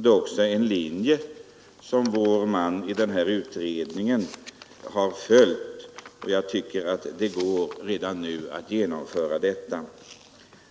Det är också den linje som vår man i utredningen har följt. Det borde gå att redan nu genomföra detta.